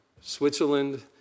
Switzerland